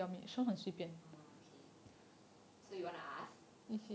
oh okay so you wanna ask